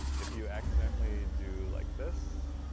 if you accidentally do like this,